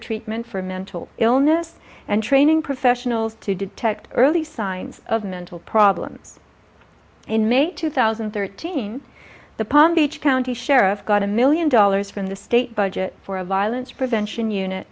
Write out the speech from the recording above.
treatment for mental illness and training professionals to detect early signs of mental problems in may two thousand and thirteen the palm beach county sheriff's got a million dollars from the state budget for a violence prevention unit